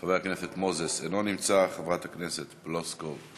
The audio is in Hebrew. חבר הכנסת מוזס, אינו נמצא, חברת הכנסת פלוסקוב,